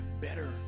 better